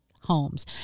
homes